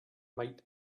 might